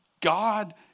God